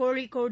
Kozhikode